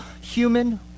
human